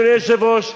אדוני היושב-ראש,